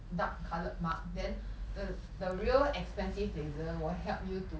dark coloured mark then the the real expensive laser will help you to